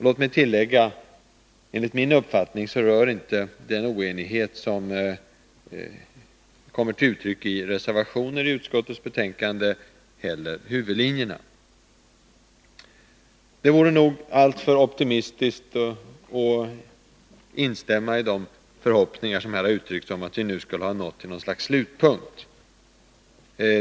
Låt mig tillägga att den oenighet som kommer till uttryck genom reservationerna till utskottsbetänkande 22 enligt min uppfattning inte heller rör huvudlinjerna. Det vore nog alltför optimistiskt att instämma i de förhoppningar som här har uttryckts om att vi nu skulle ha nått något slags slutpunkt.